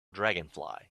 dragonfly